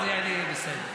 אז אני אהיה בסדר,